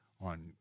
on